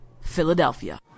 Philadelphia